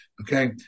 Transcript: Okay